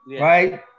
right